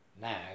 Now